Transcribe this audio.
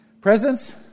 Presents